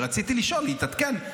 ורציתי לשאול ולהתעדכן,